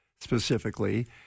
specifically